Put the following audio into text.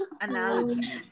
analogy